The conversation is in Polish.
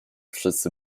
wszyscy